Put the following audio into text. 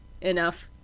enough